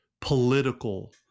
political